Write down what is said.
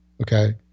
Okay